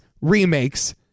remakes